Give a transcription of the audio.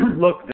look